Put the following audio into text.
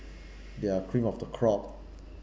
they are cream of the crop